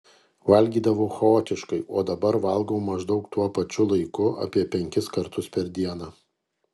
valgydavau chaotiškai o dabar valgau maždaug tuo pačiu laiku apie penkis kartus per dieną